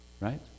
right